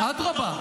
אדרבה.